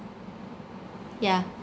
yeah